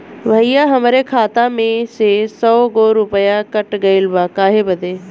भईया हमरे खाता मे से सौ गो रूपया कट गइल बा काहे बदे?